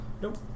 Nope